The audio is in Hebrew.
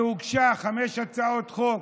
חמש הצעות חוק